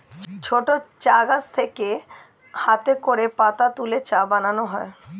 ছোট চা গাছ থেকে হাতে করে পাতা তুলে চা বানানো হয়